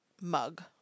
mug